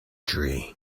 tree